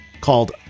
called